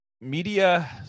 media